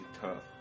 tough